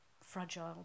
fragile